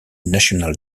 national